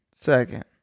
second